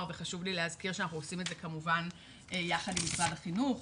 וחשוב לי להזכיר שאנחנו עושים את זה כמובן יחד עם משרד החינוך,